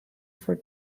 for